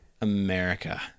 america